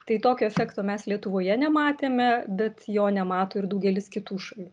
tai tokio efekto mes lietuvoje nematėme bet jo nemato ir daugelis kitų šalių